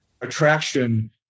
attraction